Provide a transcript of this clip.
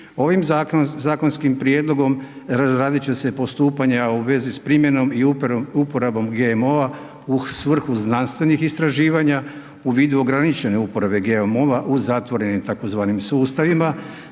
ovim zakonskim prijedlogom razradit će se postupanja u vezi s primjenom i uporabom GMO-a u svrhu znanstvenih istraživanja u vidu ograničene uporabe GMO-a u zatvorenim tzv. sustavima